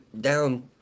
down